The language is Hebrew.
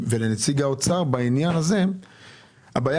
לנציג האוצר בעניין הזה אני אומר שהבעיה